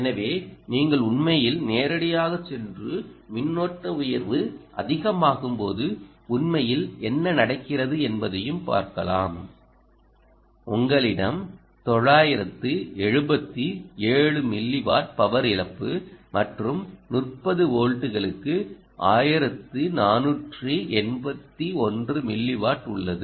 எனவே நீங்கள் உண்மையில் நேரடியாகச் சென்று மின்னோட்ட உயர்வு அதிகமாகும் போது உண்மையில் என்ன நடக்கிறது என்பதையும் பார்க்கலாம் உங்களிடம் 977 மில்லிவாட் பவர் இழப்பு மற்றும் 30 வோல்ட்டுகளுக்கு 1481 மில்லிவாட் உள்ளது